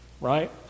right